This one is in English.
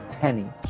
penny